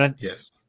Yes